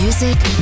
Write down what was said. Music